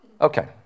Okay